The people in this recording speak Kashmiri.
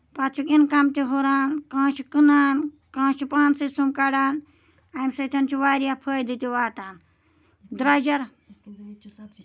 پَتہٕ چھِکھ اِنکَم تہِ ہُران کانہہ چھُ کٕنان کانہہ چھُ پانسٕے سُم کَڑان اَمہِ سۭتۍ چھُ واریاہ فٲیدٕ تہِ واتان درٛوجر